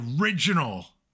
original